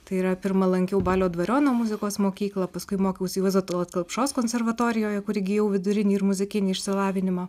tai yra pirma lankiau balio dvariono muzikos mokyklą paskui mokiausi juozo tallat kelpšos konservatorijoj kur įgijau vidurinį ir muzikinį išsilavinimą